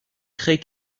créez